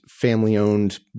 family-owned